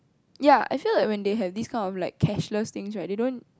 ya I feel like when they have these kind of like cashless things right they don't